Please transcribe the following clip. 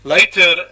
Later